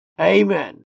Amen